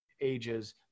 ages